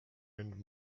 nüüd